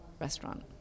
restaurant